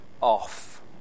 off